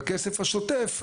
בכסף השוטף,